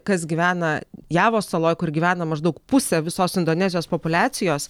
kas gyvena javos saloj kur gyvena maždaug pusė visos indonezijos populiacijos